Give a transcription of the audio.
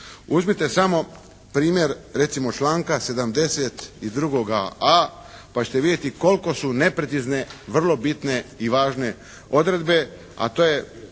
Uzmite samo primjer recimo članka 72.a pa ćete vidjeti koliko su neprecizne vrlo bitne i važne odredbe, a to je